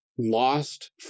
lost